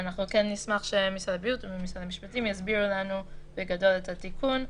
אנחנו כן נשמח שמשרד הבריאות ומשרד המשפטים יסבירו לנו את התיקון בגדול.